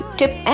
tip